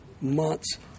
months